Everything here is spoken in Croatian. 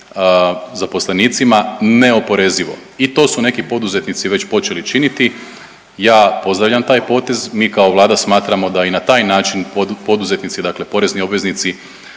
zaposlenici neoporezivo i to su neki poduzetnici već počeli činiti, ja pozdravljam taj potez, mi kao Vlada smatramo da i na taj način poduzetnici, dakle porezni obveznici